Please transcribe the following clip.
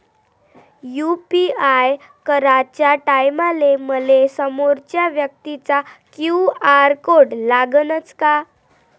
UPI कराच्या टायमाले मले समोरच्या व्यक्तीचा क्यू.आर कोड लागनच का?